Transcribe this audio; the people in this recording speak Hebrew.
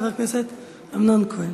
חבר הכנסת אמנון כהן.